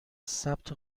ثبت